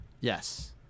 Yes